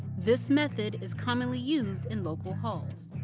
this method is commonly used in local hauls.